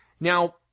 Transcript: Now